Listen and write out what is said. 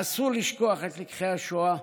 אסור לשכוח את לקחי השואה,